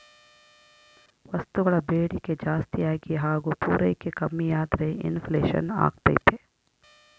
ವಸ್ತುಗಳ ಬೇಡಿಕೆ ಜಾಸ್ತಿಯಾಗಿ ಹಾಗು ಪೂರೈಕೆ ಕಮ್ಮಿಯಾದ್ರೆ ಇನ್ ಫ್ಲೇಷನ್ ಅಗ್ತೈತೆ